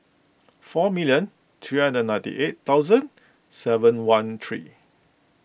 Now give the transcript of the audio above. four million three hundred and ninety eight thousand seven one three